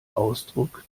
ausdruck